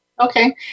Okay